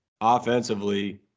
Offensively